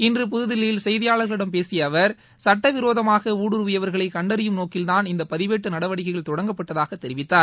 இன்று புதுதில்லியில் செய்தியாளர்களிடம் பேசிய அவர் சட்டவிரோதமாக ஊடுருவியவர்களை கண்டறியும் நோக்கில் தான் இந்தப் பதிவேட்டு நடவடிக்கைகள் தொடங்கப்பட்டதாகத் தெரிவித்தார்